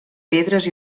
pedres